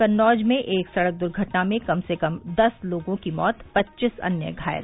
कन्नौज में एक सड़क दुर्घटना में कम से कम दस लोगों की मौत पच्चीस अन्य घायल